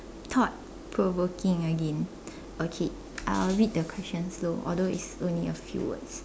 thought provoking again okay I will read the question slow although it's only a few words